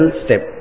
step